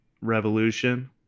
revolution